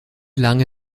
lange